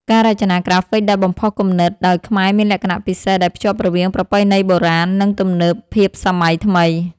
ការរចនាក្រាហ្វិកដែលបំផុសគំនិតដោយខ្មែរមានលក្ខណៈពិសេសដែលភ្ជាប់រវាងប្រពៃណីបុរាណ និងទំនើបភាពសម័យថ្មី